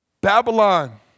Babylon